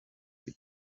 the